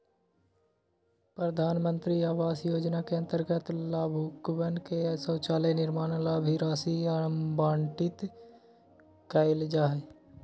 प्रधान मंत्री आवास योजना के अंतर्गत लाभुकवन के शौचालय निर्माण ला भी राशि आवंटित कइल जाहई